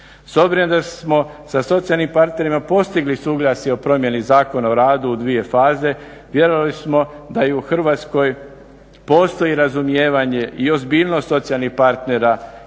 S obzirom da smo sa socijalnim partnerima postigli suglasje o promjeni Zakona o radu u dvije faze vjerovali smo da i u Hrvatskoj postoji razumijevanje i ozbiljnost socijalnih partnera